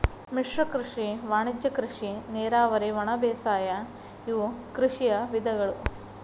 ಮಿಶ್ರ ಕೃಷಿ ವಾಣಿಜ್ಯ ಕೃಷಿ ನೇರಾವರಿ ಒಣಬೇಸಾಯ ಇವು ಕೃಷಿಯ ವಿಧಗಳು